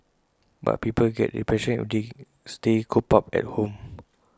but people get depression if they stay cooped up at home